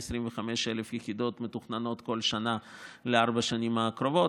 כ-125,000 יחידות מתוכננות כל שנה לארבע השנים הקרובות.